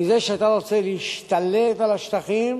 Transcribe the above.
מזה שאתה רוצה להשתלט על השטחים,